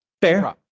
Fair